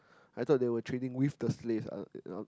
I thought they were trading with the slaves I I